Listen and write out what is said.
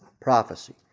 prophecy